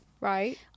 right